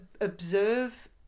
observe